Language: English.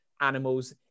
animals